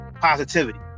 positivity